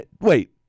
Wait